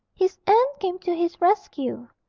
his aunt came to his rescue.